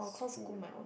glue